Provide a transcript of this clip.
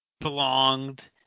belonged